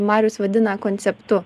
marius vadina konceptu